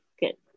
good